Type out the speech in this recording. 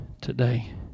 today